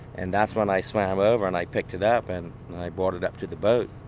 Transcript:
and that's when i swam over and i picked it up and i brought it up to the boat.